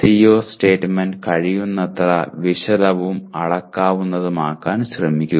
CO statement കഴിയുന്നത്ര വിശദവും അളക്കാവുന്നതുമാക്കാൻ ശ്രമിക്കുക